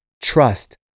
trust